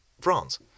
France